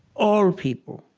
all people,